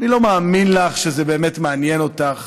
אני לא מאמין לך שזה באמת מעניין אותך,